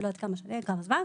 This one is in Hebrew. אני לא יודעת כמה זמן,